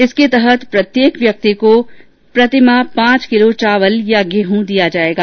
इसके तहत प्रत्येक व्यक्ति को प्रति माह पांच किलो चावल या गेहूं दिया जाएगा